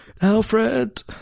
Alfred